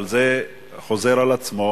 אבל זה חוזר על עצמו.